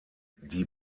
die